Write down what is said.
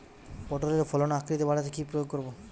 পটলের ফলন ও আকৃতি বাড়াতে কি প্রয়োগ করব?